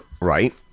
Right